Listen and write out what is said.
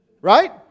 Right